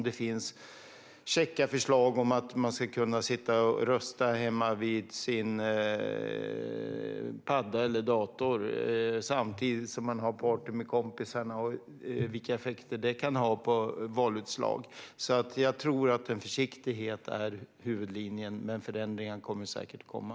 Det finns käcka förslag om att man ska kunna sitta och rösta hemma vid sin padda eller dator samtidigt som man har party med kompisarna, och vilka effekter det kan ha på valutslaget vet man inte. Jag tror att försiktighet är huvudlinjen, men förändringar kommer säkert att komma.